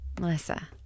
Melissa